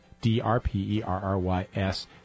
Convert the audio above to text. D-R-P-E-R-R-Y-S